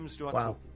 Wow